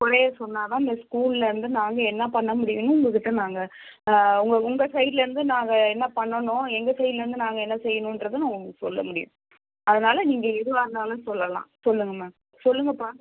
குறைய சொன்னா தான் இந்த ஸ்கூலில் வந்து நாங்கள் என்ன பண்ண முடியுன்னு உங்கள்கிட்ட நாங்கள் உங்கள் உங்கள் சைட்லருந்து நாங்கள் என்ன பண்ணணும் எங்கள் சைட்லருந்து நாங்கள் என்ன செய்யணுன்றதும் நான் உங்களுக்கு சொல்ல முடியும் அதனால் நீங்கள் எதுவாக இருந்தாலும் சொல்லலாம் சொல்லுங்கம்மா சொல்லுங்கப்பா